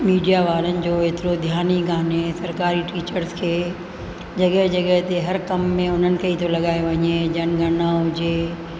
media वारनि जो एतिरो ध्यानु ई कोन्हे सरकारी टीचर्स खे जॻहि जॻहि ते हर कमु में उन्हनि खे ई थो लॻायो वञे जन ॻणणा हुजे